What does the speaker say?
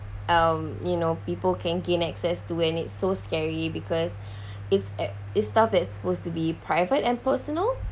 um you know people can gain access to and it's so scary because it's at it's thought that it's supposed to be private and personal